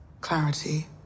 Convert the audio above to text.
clarity